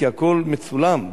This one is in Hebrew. כי הכול מצולם,